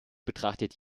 betrachtet